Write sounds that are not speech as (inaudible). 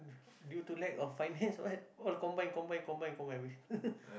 due to lack of finance what all combine combine combine (laughs)